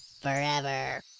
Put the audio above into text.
Forever